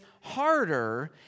harder